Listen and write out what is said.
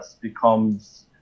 becomes